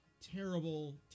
terrible